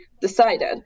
decided